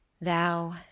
Thou